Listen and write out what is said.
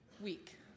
week